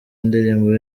indirimbo